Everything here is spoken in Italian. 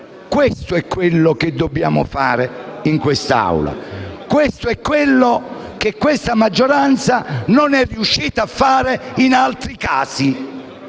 Questo è quello che dobbiamo valutare in quest'Aula; questo è quello che la maggioranza non è riuscita a fare in altri casi.